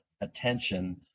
attention